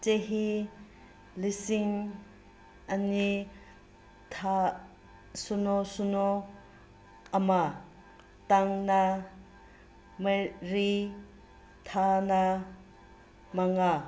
ꯆꯍꯤ ꯂꯤꯁꯤꯡ ꯑꯅꯤ ꯊꯥ ꯁꯤꯅꯣ ꯁꯤꯅꯣ ꯑꯃ ꯇꯥꯡꯅ ꯃꯔꯤ ꯊꯥꯅ ꯃꯉꯥ